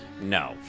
No